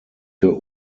für